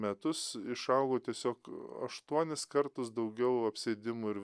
metus išaugau tiesiog aštuonis kartus daugiau apsėdimų ir